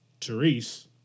Therese